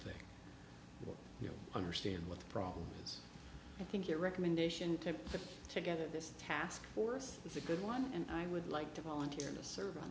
thing you understand what the problem is i think your recommendation to put together this task force is a good one and i would like to volunteer to serv